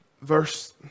verse